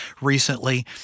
recently